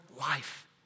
life